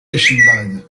yaşındaydı